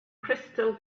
crystal